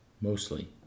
mostly